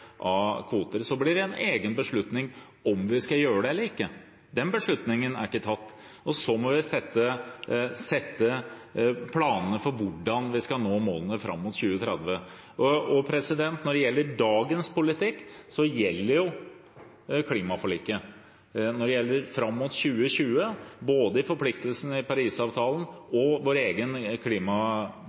av kvoter. Det blir en egen beslutning om vi skal gjøre det eller ikke. Den beslutningen er ikke tatt. Så må vi legge planene for hvordan vi skal nå målene fram mot 2030. I dagens politikk gjelder klimaforliket. Når det gjelder tiden fram mot 2020, tilsier både forpliktelsene i Parisavtalen og